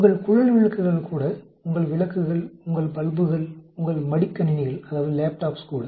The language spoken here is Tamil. உங்கள் குழல் விளக்குகள் கூட உங்கள் விளக்குகள் உங்கள் பல்புகள்உங்கள் மடிக்கணினிகள் கூட